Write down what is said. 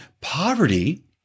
poverty